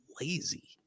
lazy